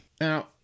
Now